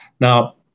Now